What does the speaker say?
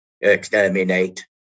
exterminate